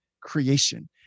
creation